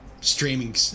streaming